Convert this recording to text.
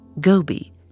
Gobi